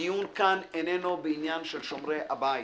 הדיון כאן איננו בעניין של "שומרי הבית",